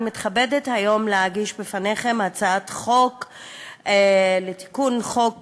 אני מתכבדת היום להגיש לפניכם הצעת חוק לתיקון חוק